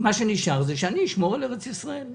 מה שנשאר, זה שאני אשמור על ארץ ישראל.